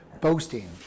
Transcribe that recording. boasting